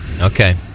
Okay